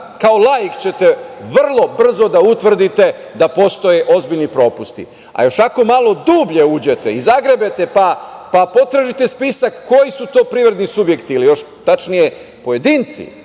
kao laik će te vrlo brzo da utvrdite da postoje ozbiljni propusti, a još ako malo dublje uđete i zagrebete, pa potražite spisak koji su to privredni subjekti, ili još tačnije pojedinci,